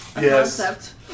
Yes